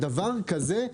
על דבר כזה?